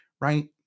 right